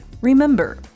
remember